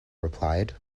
replied